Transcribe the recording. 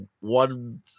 one